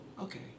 okay